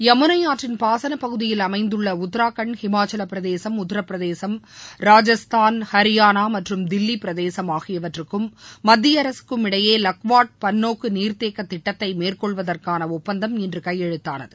யமுனை ஆற்றின் பாகனப்பகுதியில் அமைந்துள்ள உத்தராகண்ட் இமாச்சவப்பிரதேசம் உத்தரப்பிரதேசம் ராஜஸ்தான் ஹரியாளா மற்றும் தில்லி பிரதேசம் ஆகியவற்றுக்கும் மத்திய அரசுக்கும் இடையே லக்வார்ட் பன்நோக்கு நீர்த்தேக்கத்திட்டத்தை மேற்கொள்வதற்கான ஒப்பந்தம் இன்று கையெழுத்தானது